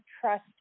trust